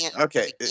Okay